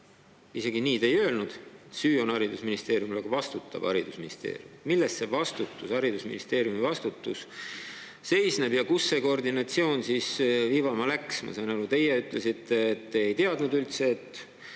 isegi ei öelnud, et süü on haridusministeeriumil, aga vastutab haridusministeerium. Milles see haridusministeeriumi vastutus seisneb ja kus see koordinatsioon vibama läks? Ma sain aru, te nagu ütlesite, et te ei teadnud üldse, et